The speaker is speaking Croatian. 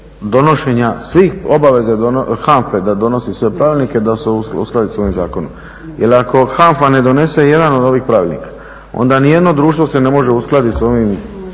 donošenja svih obaveza HANFA-e da donose svoje pravilnike da se usklade s ovim zakonom jer ako HANFA ne donese jedan od ovih pravilnika, onda ni jedno društvo se ne može uskladiti s ovim takoreći